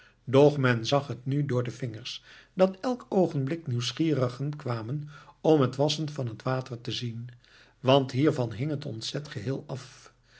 doch men zag het nu door de vingers dat elk oogenblik nieuwsgierigen kwamen om het wassen van het water te zien want hiervan hing het ontzet geheel af